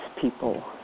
people